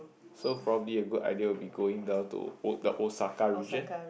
so probably a good idea will be going down to O~ the Osaka region